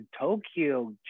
Tokyo